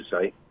say